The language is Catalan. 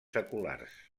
seculars